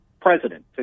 president